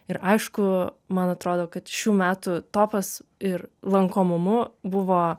ir aišku man atrodo kad šių metų topas ir lankomumu buvo